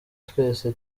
twese